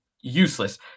useless